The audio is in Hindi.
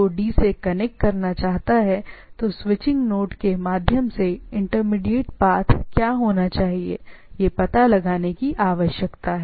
इसलिए यदि कोई B को D से कनेक्ट करना चाहता है तो स्विचिंग नोड के माध्यम से इंटरमीडिएट पाथ क्या होना चाहिए यह पता लगाने की आवश्यकता है